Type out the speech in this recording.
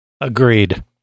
Agreed